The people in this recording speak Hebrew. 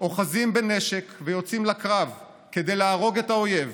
אוחזים בנשק ויוצאים לקרב כדי להרוג את האויב,